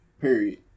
Period